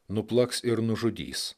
nuplaks ir nužudys